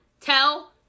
Tell